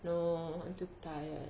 no I'm too tired